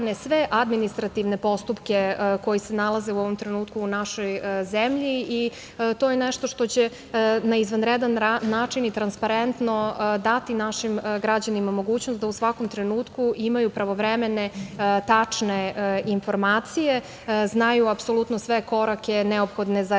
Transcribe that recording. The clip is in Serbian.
sve administrativne postupke koji se nalaze u ovom trenutku u našoj zemlji. To je nešto što će na izvanredan način i transparentno dati našim građanima mogućnost da u svakom trenutku imaju pravovremene tačne informacije, znaju apsolutno sve korake neophodne za realizaciju